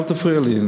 אל תפריע לי,